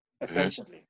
essentially